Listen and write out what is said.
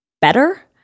better